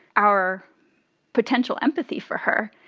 our potential empathy for her,